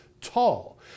tall